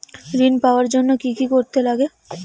ঋণ পাওয়ার জন্য কি কি করতে লাগে?